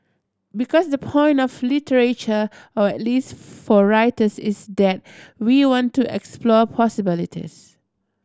because the point of literature or at least for writers is that we want to explore possibilities